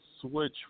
Switch